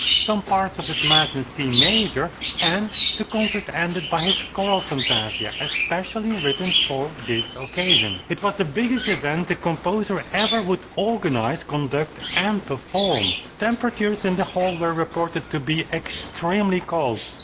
some parts of his mass in c major and the concert ended by his choral fantasy, ah especially written for this occasion. it was the biggest event the composer ever would organize, conduct and perform. temperatures in the hall were reported to be extremely cold,